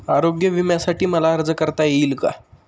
आरोग्य विम्यासाठी मला अर्ज करता येईल का?